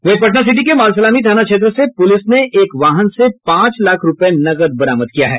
वहीं पटना सिटी के मालसलामी थाना क्षेत्र से पुलिस ने एक वाहन से पांच लाख रूपये नकद बरामद किया है